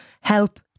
help